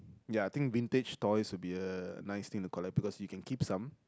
ya I think vintage toys will be a nice thing to collect because you can keep some